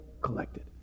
collected